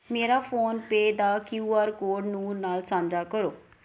ਮੇਰਾ ਫੋਨਪੇ ਦਾ Q R code Noor ਨਾਲ ਸਾਂਝਾ ਕਰੋ